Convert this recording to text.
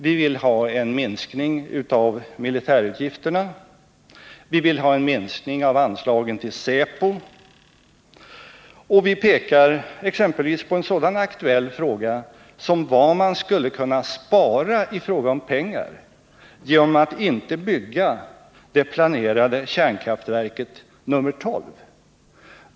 Vi vill ha en minskning av militärutgifterna, vi vill ha en minskning av anslagen till säpo, och vi pekar exempelvis på en sådan aktuell fråga som vad man skulle kunna spara i pengar genom att inte bygga det planerade kärnkraftverket nr 12.